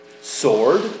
sword